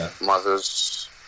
mothers